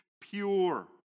pure